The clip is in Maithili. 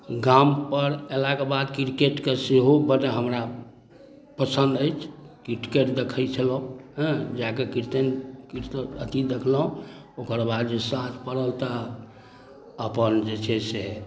गामपर अएलाके बाद किरकेटके सेहो बड्ड हमरा पसन्द अछि किरकेट देखै छलहुँ हँ जाकऽ कीर्तन कीर अथी देखलहुँ ओकर बाद जे साँझ पड़ल तऽ अपन जे छै से